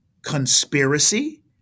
conspiracy